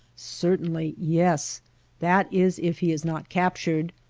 certainly, yes that is if he is not captured.